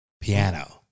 piano